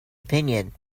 opinion